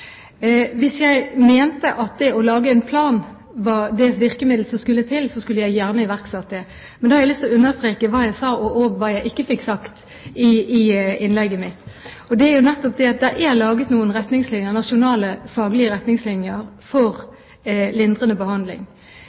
Hvis jeg mente at det å lage en plan var det virkemiddelet som skulle til, skulle jeg gjerne iverksatt det. Men da har jeg lyst til å understreke hva jeg sa, og hva jeg ikke fikk sagt, i innlegget mitt. Det er nettopp det at det er laget noen nasjonale, faglige retningslinjer for lindrende behandling.